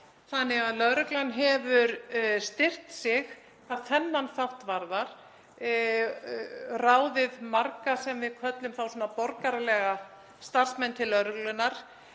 þannig að lögreglan hefur styrkt sig hvað þennan þátt varðar, ráðið marga sem við köllum þá borgaralega starfsmenn til lögreglunnar